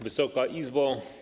Wysoka Izbo!